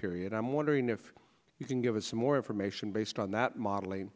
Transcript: period i'm wondering if you can give us some more information based on that modeling